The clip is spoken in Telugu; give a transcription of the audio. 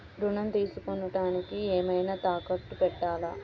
ఋణం తీసుకొనుటానికి ఏమైనా తాకట్టు పెట్టాలా?